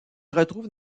retrouve